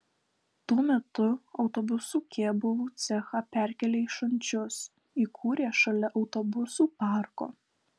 tuo metu autobusų kėbulų cechą perkėlė į šančius įkūrė šalia autobusų parko